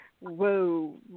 whoa